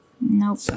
Nope